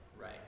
right